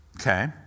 Okay